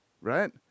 right